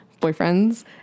boyfriends